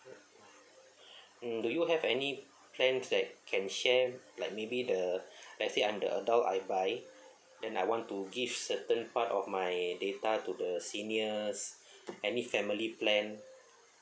mm do you have any plans that can share like maybe the let's say I'm the adult I buy then I want to give certain part of my data to the seniors any family plan